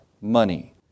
money